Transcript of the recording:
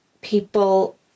people